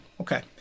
okay